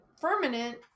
permanent